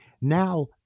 Now